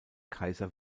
kaiser